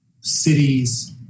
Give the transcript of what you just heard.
cities